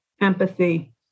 empathy